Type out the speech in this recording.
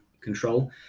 control